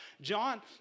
John